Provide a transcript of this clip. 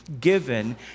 given